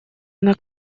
она